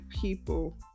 people